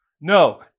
No